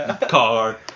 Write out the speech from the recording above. car